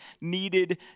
needed